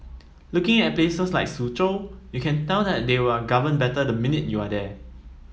looking at places like Suzhou you can tell that they are governed better the minute you are there